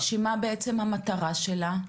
שמה בעצם המטרה שלה?